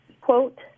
quote